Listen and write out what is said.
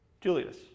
Julius